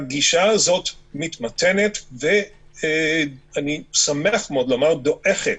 הגישה הזאת מתמתנת, ואני שמח מאוד לומר דועכת,